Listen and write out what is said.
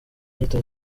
inyito